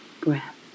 breath